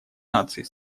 наций